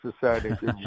Society